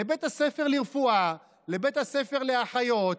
לבית הספר לרפואה, לבית הספר לאחיות,